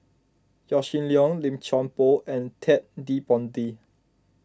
Yaw Shin Leong Lim Chuan Poh and Ted De Ponti